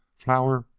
flour,